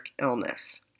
illness